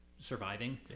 surviving